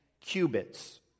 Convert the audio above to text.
cubits